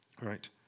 right